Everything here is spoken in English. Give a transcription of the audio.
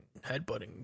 headbutting